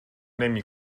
نمی